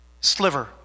sliver